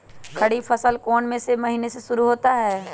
खरीफ फसल कौन में से महीने से शुरू होता है?